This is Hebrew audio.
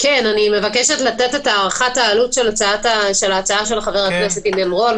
אני מבקשת לתת את הערכת העלות של ההצעה של חבר הכנסת עידן רול.